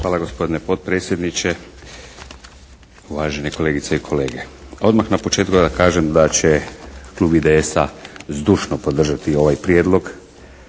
Hvala. Gospodine potpredsjedniče, uvažene kolegice i kolege. Odmah na početku da kažem da će Klub IDS-a zdušno podržati ovaj prijedlog,